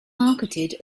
marketed